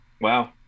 Wow